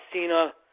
Cena